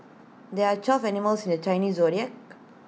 there are twelve animals in the Chinese Zodiac